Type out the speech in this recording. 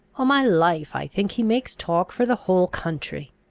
o' my life, i think he makes talk for the whole country.